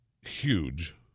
huge